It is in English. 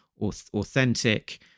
authentic